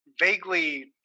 vaguely